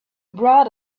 brought